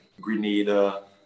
Grenada